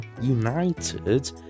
united